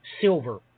silver